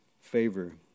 favor